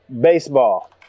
Baseball